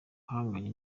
ahanganye